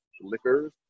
Liquors